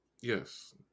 Yes